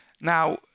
Now